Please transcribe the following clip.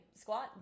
squat